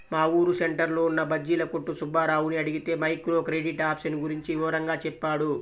మా ఊరు సెంటర్లో ఉన్న బజ్జీల కొట్టు సుబ్బారావుని అడిగితే మైక్రో క్రెడిట్ ఆప్షన్ గురించి వివరంగా చెప్పాడు